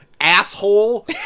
asshole